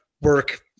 work